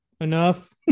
enough